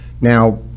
Now